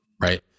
right